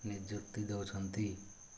ନିଯୁକ୍ତି ଦେଉଛନ୍ତି